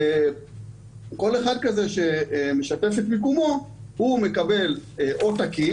כל אחד כזה שמשתף את מיקומו הוא מקבל או 'תקין',